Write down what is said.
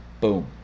boom